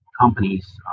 companies